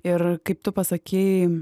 ir kaip tu pasakei